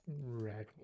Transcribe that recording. red